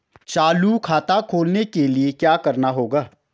चालू खाता खोलने के लिए क्या करना होगा?